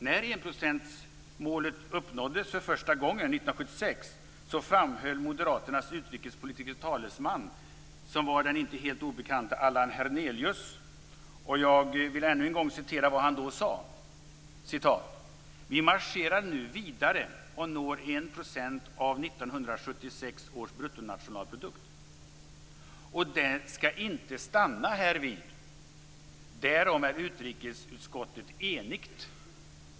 När enprocentsmålet uppnåddes för första gången 1976 framhöll Moderaternas utrikespolitiske talesman, som var den inte helt obekante Allan Hernelius, följande: "Vi marscherar nu vidare och når en procent av 1976 års bruttonationalprodukt. Och det skall inte stanna härvid; därom är utrikesutskottet enigt.